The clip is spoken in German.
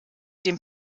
dem